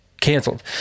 canceled